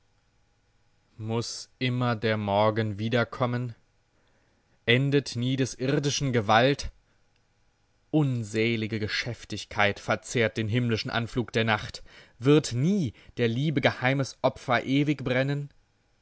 muß immer der morgen wiederkommen endet nie des irdischen gewalt unselige geschäftigkeit verzehrt den himmlischen anflug der nacht wird nie der liebe geheimes opfer ewig brennen